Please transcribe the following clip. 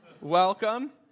welcome